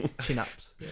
Chin-ups